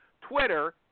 Twitter